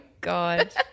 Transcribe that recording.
god